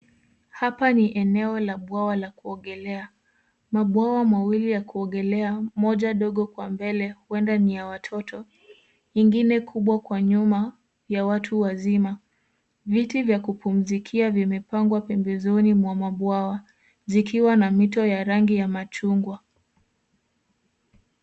Hapa ni eneo la bwawa la kuogelea. Mabwawa mawili ya kuogelea moja dogo kwa mbele huenda ni ya watoto, ingine kubwa kwa nyuma ya watu wazima. Viti vya kupumzikia vimepangwa pembezoni mwa mabwawa zikiwa na mito ya rangi ya machungwa.